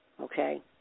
Okay